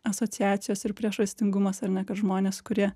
asociacijos ir priežastingumas ar ne kad žmonės kurie